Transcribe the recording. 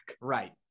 Right